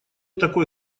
такой